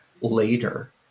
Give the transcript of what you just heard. later